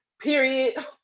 period